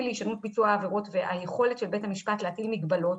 ל- -- ביצוע העבירות והיכולת של בית המשפט להטיל מגבלות,